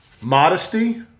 modesty